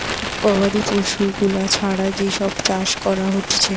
গবাদি পশু গুলা ছাড়া যেই সব চাষ করা হতিছে